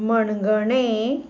मणगणें